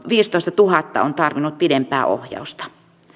viisitoistatuhatta on tarvinnut pidempää ohjausta